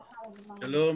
שלום,